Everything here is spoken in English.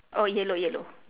oh yellow yellow